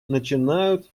начинают